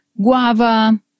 guava